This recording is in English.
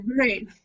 right